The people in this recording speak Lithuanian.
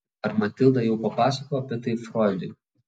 ar matilda jau papasakojo apie tai froidui